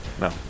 No